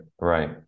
Right